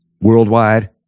worldwide